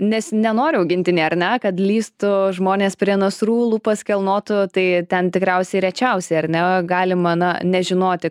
nes nenori augintiniai ar ne kad lįstų žmonės prie nasrų lūpas kilnotų tai ten tikriausiai rečiausiai ar ne galima na nežinoti